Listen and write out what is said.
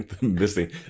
missing